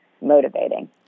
motivating